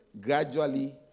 gradually